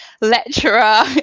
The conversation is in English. lecturer